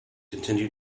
continue